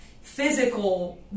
physical